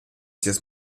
sich